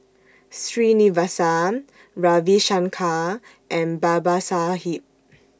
Srinivasa Ravi Shankar and Babasaheb